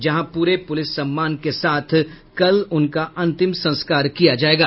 जहां पूरे पुलिस सम्मान के साथ उनका अंतिम संस्कार किया जायेगा